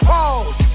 Pause